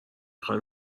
خواین